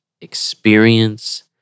Experience